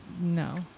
no